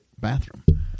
bathroom